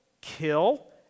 kill